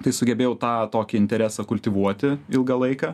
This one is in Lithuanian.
tai sugebėjau tą tokį interesą kultivuoti ilgą laiką